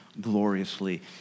gloriously